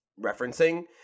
referencing